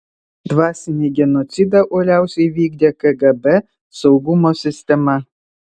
dvasinį genocidą uoliausiai vykdė kgb saugumo sistema